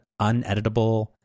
uneditable